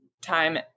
time